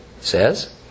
says